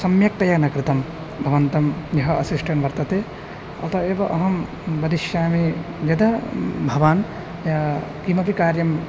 सम्यक्तया न कृतं भवन्तं यः असिस्टेण्ट् वर्तते अतः एव अहं वदिष्यामि यदा भवान् किमपि कार्यम्